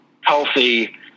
healthy